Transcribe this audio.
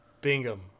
Bingham